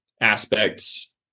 aspects